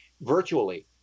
virtually